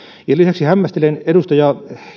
lisäksi hämmästelen edustaja